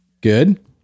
Good